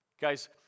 Guys